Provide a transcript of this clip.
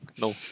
No